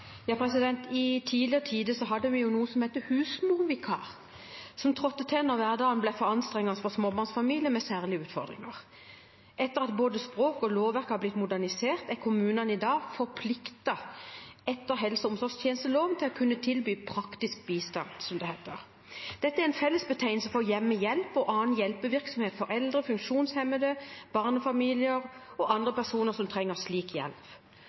I tidligere tider hadde vi noe som het husmorvikar, en som trådte til når hverdagen ble for anstrengende for småbarnsfamilier med særlige utfordringer. Etter at både språk og lovverk har blitt modernisert, er kommunene i dag forpliktet etter helse- og omsorgstjenesteloven til å kunne tilby praktisk bistand, som det heter. Dette er en fellesbetegnelse for hjemmehjelp og annen hjelpevirksomhet for foreldre, funksjonshemmede, barnefamilier og andre personer som trenger slik hjelp.